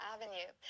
Avenue